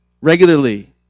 regularly